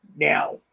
Now